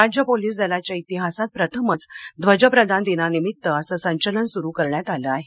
राज्य पोलीस दलाच्या इतिहासात प्रथमच ध्वजप्रदान दिनानिमित्त असं संचलन सुरु करण्यात आलं आहे